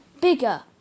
Bigger